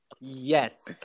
Yes